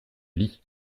lis